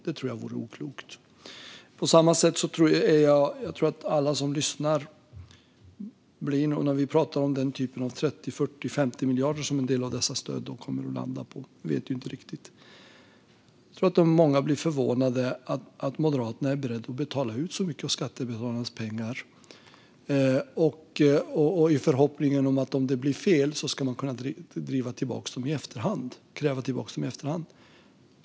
Summorna för en del av dessa stöd kan komma att landa på 30, 40 eller 50 miljarder - vi vet inte riktigt. Jag tror att många som lyssnar blir förvånade över att Moderaterna är beredda att betala ut så mycket av skattebetalarnas pengar i förhoppningen att man ska kunna kräva tillbaka dem i efterhand om det blir fel.